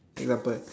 take weapon